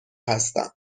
هستم